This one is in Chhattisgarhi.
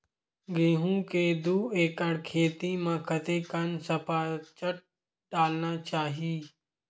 गेहूं के दू एकड़ खेती म कतेकन सफाचट डालना चाहि?